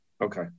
Okay